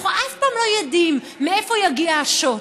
אנחנו אף פעם לא יודעים מאיפה יגיע השוט,